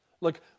Look